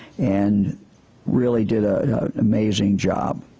and really did ah an amazing job.